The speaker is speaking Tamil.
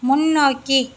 முன்னோக்கி